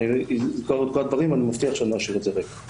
אני אסקור את כל הדברים ואני מבטיח שאני לא אשאיר את זה ריק.